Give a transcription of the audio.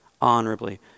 honorably